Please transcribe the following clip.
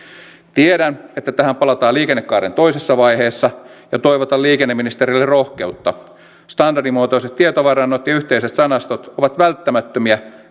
tiedän että tähän palataan liikennekaaren toisessa vaiheessa ja toivotan liikenneministerille rohkeutta standardimuotoiset tietovarannot ja yhteiset sanastot ovat välttämättömiä